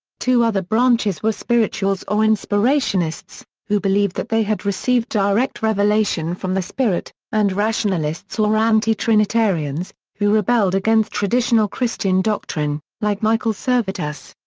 two other branches were spirituals or inspirationists, who believed that they had received direct revelation from the spirit, and rationalists or anti-trinitarians, who rebelled against traditional christian doctrine, like michael servetus.